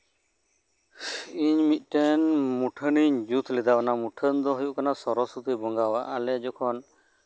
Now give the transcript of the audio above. ᱤᱧ ᱢᱤᱫ ᱴᱮᱱ ᱢᱩᱴᱷᱟᱹᱱᱤᱧ ᱡᱩᱛ ᱞᱮᱫᱟ ᱚᱱᱟ ᱢᱩᱴᱷᱟᱹᱱ ᱫᱚ ᱦᱳᱭᱳᱜ ᱠᱟᱱᱟ ᱥᱚᱨᱚᱥᱚᱛᱤ ᱵᱚᱸᱜᱟ ᱟᱜ ᱟᱞᱮ ᱡᱚᱠᱷᱚᱱ